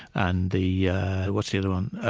and the what's the other one?